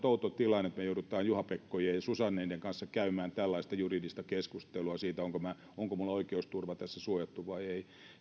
outo tilanne että me joudutaan juha pekkojen ja susannien kanssa käymään tällaista juridista keskustelua siitä onko minulla oikeusturva tässä suojattu vai ei